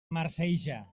marceja